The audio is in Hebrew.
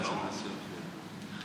אינטגרל של משהו אחר.